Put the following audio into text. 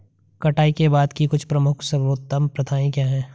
कटाई के बाद की कुछ प्रमुख सर्वोत्तम प्रथाएं क्या हैं?